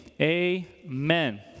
Amen